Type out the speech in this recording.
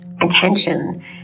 attention